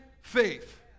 faith